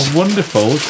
wonderful